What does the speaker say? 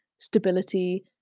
Stability